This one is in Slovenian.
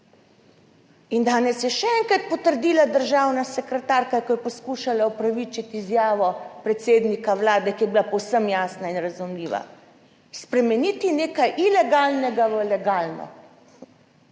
In danes je še enkrat potrdila državna sekretarka, ko je poskušala opravičiti izjavo predsednika vlade, ki je bila povsem jasna in razumljiva. Spremeniti nekaj ilegalnega v legalno